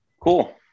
Cool